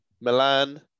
Milan